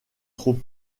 trop